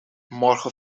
morgen